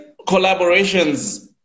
collaborations